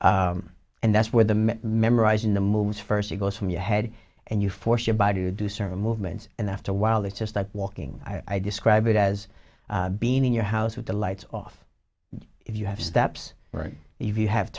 and that's where the men memorizing the moves first it goes from your head and you force your body to do certain movements and after a while it's just like walking i describe it as being in your house with the lights off if you have steps or if you have